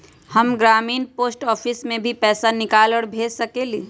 हम ग्रामीण post office से भी पैसा निकाल और भेज सकेली?